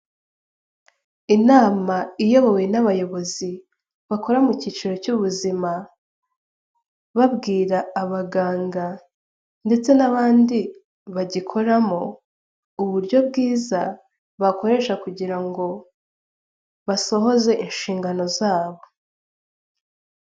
Inama iyobowe n'abayobozi bakora mu cyiciro cy'ubuzima, babwira abaganga ndetse n'abandi bagikoramo, uburyo bwiza bakoresha kugira ngo basohoze inshingano zabo.